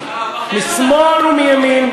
משמאל ומימין,